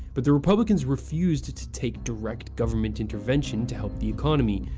but the republicans refused to take direct government intervention to help the economy,